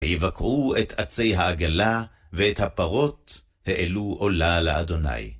ויבקרו את עצי העגלה, ואת הפרות, העלו עולה לאדוני.